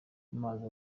amazi